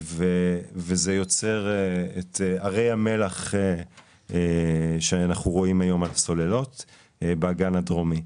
זה יוצר את הרי המלח שאנחנו רואים היום על הסוללות באגן הדרומי.